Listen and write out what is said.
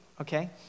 okay